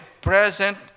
present